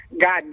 God